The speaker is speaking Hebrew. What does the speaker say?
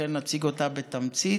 לכן נציג אותה בתמצית.